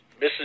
Mrs